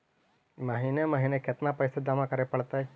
महिने महिने केतना पैसा जमा करे पड़तै?